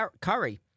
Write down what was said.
Curry